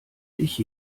ich